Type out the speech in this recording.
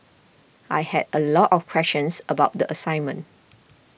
I had a lot of questions about the assignment